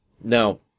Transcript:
Now